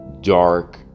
dark